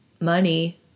money